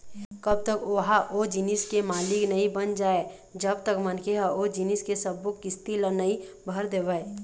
कब तक ओहा ओ जिनिस के मालिक नइ बन जाय जब तक मनखे ह ओ जिनिस के सब्बो किस्ती ल नइ भर देवय